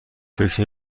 فکر